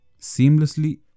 Seamlessly